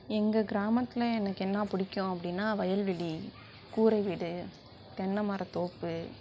எங்கள் கிராமத்தில் எனக்கு என்ன பிடிக்கும் அப்படின்னா வயல்வெளி கூரை வீடு தென்னைமரத்தோப்பு